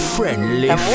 Friendly